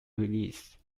release